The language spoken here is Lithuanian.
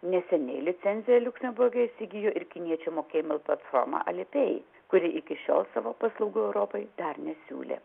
neseniai licenciją liuksemburge įsigijo ir kiniečių mokėjimų platforma alipay kuri iki šiol savo paslaugų europoj dar nesiūlė